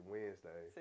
Wednesday